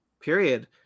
period